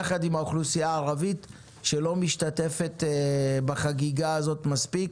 יחד עם האוכלוסייה הערבית שלא משתתפת בחגיגה הזו מספיק.